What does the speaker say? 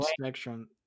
spectrum